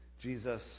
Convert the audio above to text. Jesus